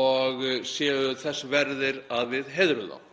og séu þess verðir að við heiðrum